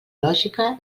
lògica